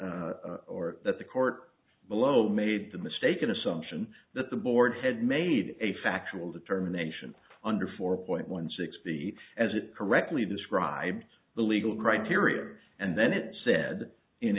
or that the court below made the mistaken assumption that the board had made a factual determination under four point one six the as it correctly described the legal criteria and then it said in